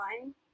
fine